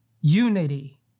unity